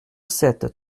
sept